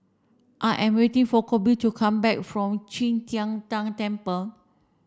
I am waiting for Colby to come back from Qi Tian Tan Temple